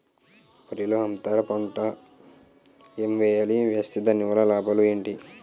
వరిలో అంతర పంట ఎం వేయాలి? వేస్తే దాని వల్ల లాభాలు ఏంటి?